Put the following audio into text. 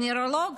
או נוירולוג,